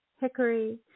hickory